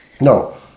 No